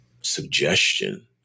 suggestion